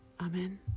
Amen